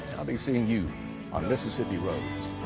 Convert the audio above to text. i'll be seeing you on mississippi roads.